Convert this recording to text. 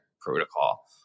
protocol